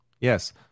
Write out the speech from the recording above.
yes